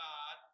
God